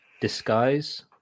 Disguise